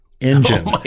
engine